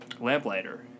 Lamplighter